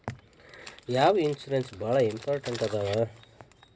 ಯಾವ್ಯಾವ ಇನ್ಶೂರೆನ್ಸ್ ಬಾಳ ಇಂಪಾರ್ಟೆಂಟ್ ಅದಾವ?